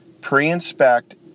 pre-inspect